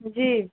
جی